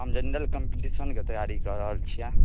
हम जेनरल कम्पटिशनके तैआरी कऽ रहल छिअऽ